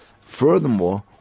Furthermore